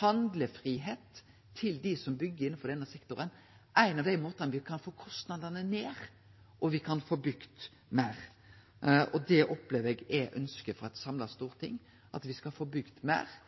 handlefridom for dei som byggjer innanfor denne sektoren, ein av måtane me kan få kostnadene ned på, og me kan få bygd meir. Det opplever eg er eit ønske frå eit samla storting, at me skal få bygd meir,